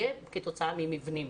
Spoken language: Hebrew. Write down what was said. יהיה כתוצאה ממבנים.